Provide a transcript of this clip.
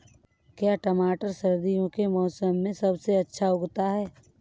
क्या टमाटर सर्दियों के मौसम में सबसे अच्छा उगता है?